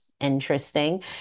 Interesting